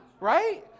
right